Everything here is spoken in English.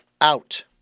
out